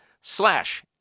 slash